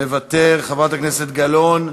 מוותר, חברת הכנסת גלאון,